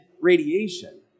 radiation